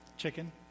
chicken